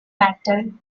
battle